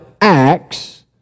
acts